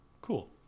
cool